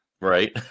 Right